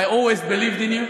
I always believed in you,